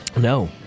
No